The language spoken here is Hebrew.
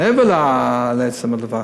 מעבר לעצם הדבר.